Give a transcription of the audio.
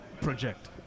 project